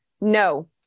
no